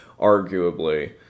arguably